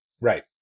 right